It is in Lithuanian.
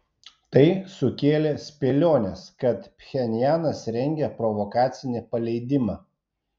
tai sukėlė spėliones kad pchenjanas rengia provokacinį paleidimą